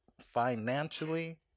financially